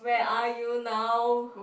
where are you now